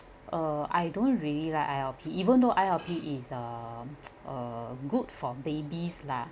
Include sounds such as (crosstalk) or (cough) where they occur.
uh I don't really like I_L_P even though I_L_P is um (noise) uh good for babies lah